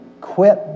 quit